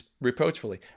reproachfully